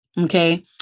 Okay